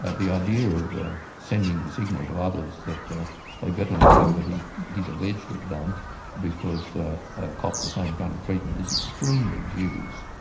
ah the idea of sending the signal to others that ah they'd better not do what he's he's alleged to have done because they'll cop the same kind of treatment is extremely dubious.